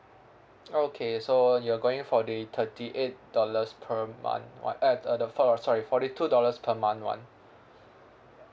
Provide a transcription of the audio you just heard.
okay so you're going for the thirty eight dollars per month one uh the four sorry forty two dollars per month one